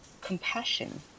compassion